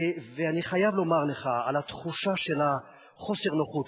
אני חייב לומר לך על התחושה של חוסר הנוחות.